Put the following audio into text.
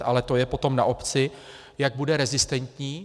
Ale to je potom na obci, jak bude rezistentní.